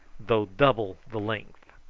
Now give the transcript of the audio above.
though double the length.